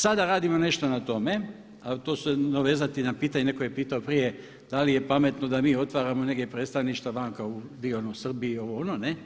Sada radimo nešto na tome, a to ću se nadovezati na pitanje neko je pitao prije, da li je pametno da mi otvaramo neka predstavništva vanka, gdje ono u Srbiji ne,